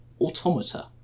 automata